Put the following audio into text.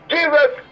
Jesus